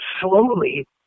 slowly